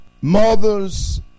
Mothers